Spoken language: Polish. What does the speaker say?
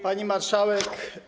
Pani Marszałek!